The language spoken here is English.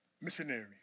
missionary